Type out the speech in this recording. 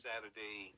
Saturday